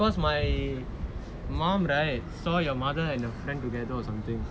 because my mom right saw your mother and a friend together or something